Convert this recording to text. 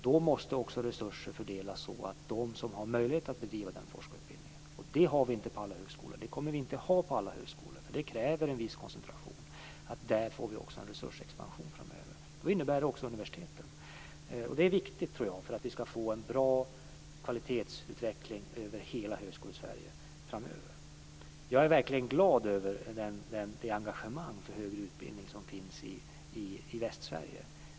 Då måste också resurser fördelas så att de som har möjlighet att bedriva den forskarutbildningen kan göra det. Det har vi inte på alla högskolor, och det kommer vi inte att ha på alla högskolor. Det kräver en viss koncentration, så att vi också där får en resursexpansion framöver. Det innefattar också universiteten. Jag tror att det är viktigt för att vi skall få en bra kvalitetsutveckling över hela Högskolesverige framöver. Jag är verkligen glad över det engagemang för högre utbildning som finns i Västsverige.